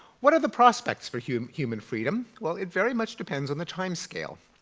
what are the prospects for human human freedom? well it very much depends on the time scale.